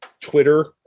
Twitter